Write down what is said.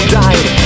died